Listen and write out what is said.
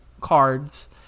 cards